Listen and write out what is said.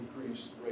increase